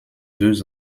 deux